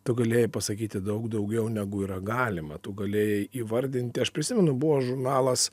tu galėjai pasakyti daug daugiau negu yra galima tu galėjai įvardinti aš prisimenu buvo žurnalas